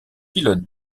pilote